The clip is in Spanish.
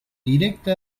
directa